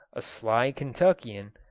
a sly kentuckian,